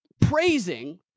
praising